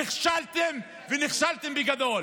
אז נכשלתם בגדול.